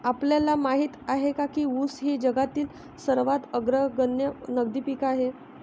आपल्याला माहित आहे काय की ऊस हे जगातील अग्रगण्य नगदी पीक आहे?